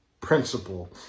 principle